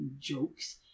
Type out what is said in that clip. jokes